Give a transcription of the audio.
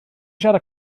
siarad